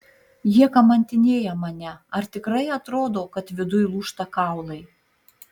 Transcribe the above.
jie kamantinėja mane ar tikrai atrodo kad viduj lūžta kaulai